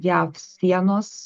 jav sienos